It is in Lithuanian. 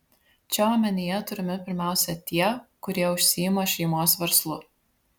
čia omenyje turimi pirmiausia tie kurie užsiima šeimos verslu